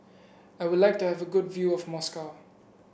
I would like to have a good view of Moscow